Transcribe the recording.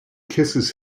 kisses